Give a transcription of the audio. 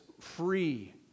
free